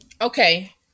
Okay